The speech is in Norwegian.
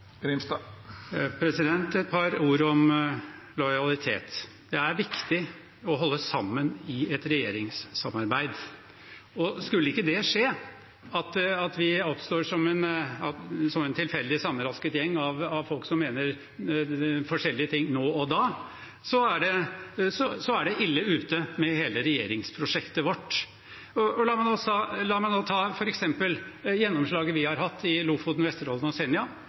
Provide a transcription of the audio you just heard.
Et par ord om lojalitet: Det er viktig å holde sammen i et regjeringssamarbeid. Skulle ikke det skje – og at vi opptrer som en tilfeldig sammenrasket gjeng av folk som mener forskjellige ting nå og da – er det ille ute med hele regjeringsprosjektet vårt. La meg ta f.eks. gjennomslaget vi har hatt med Lofoten, Vesterålen og Senja: Skulle da Høyre plutselig fremme et forslag, et løst forslag her i salen, om å gå til utredning av oljeboring i Lofoten, Vesterålen og Senja?